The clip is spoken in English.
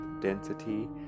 density